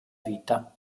vita